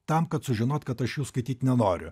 tam kad sužinot kad aš jų skaityt nenoriu